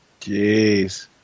Jeez